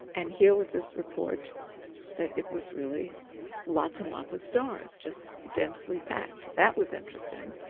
and here was this report that it was really lots and lots of stars, just densely packed. that was interesting.